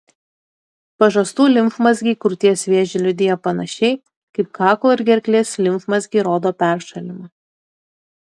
pažastų limfmazgiai krūties vėžį liudija panašiai kaip kaklo ir gerklės limfmazgiai rodo peršalimą